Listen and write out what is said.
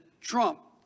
Trump